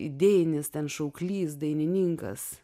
idėjinis ten šauklys dainininkas